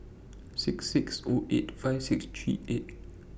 six six O eight five six three eight